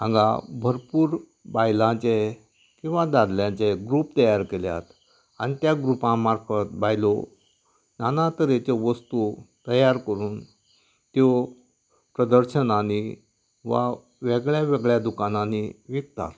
हांगा भरपूर बायलांचे किंवां दादल्यांचेर ग्रूप तयार केल्यात आनी त्या ग्रुपा मार्फत बायलो नाना तरेच्यो वस्तू तयार करून त्यो प्रदर्शनांनी वा वेगळ्या वेगळ्या दुकानांनी विकतात